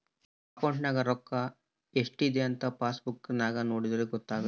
ಅಕೌಂಟ್ನಗ ರೋಕ್ಕಾ ಸ್ಟ್ರೈಥಂಥ ಪಾಸ್ಬುಕ್ ನಾಗ ನೋಡಿದ್ರೆ ಗೊತ್ತಾತೆತೆ